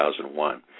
2001